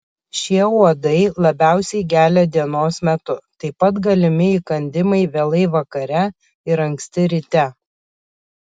šie uodai labiausiai gelia dienos metu taip pat galimi įkandimai vėlai vakare ir anksti ryte